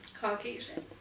Caucasian